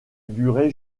duré